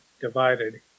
divided